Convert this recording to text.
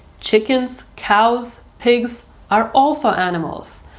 chickens, cows, pigs, are also animals,